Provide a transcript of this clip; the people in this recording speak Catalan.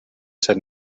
set